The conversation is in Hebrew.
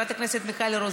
חקיקה למען עם ישראל.